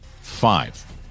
five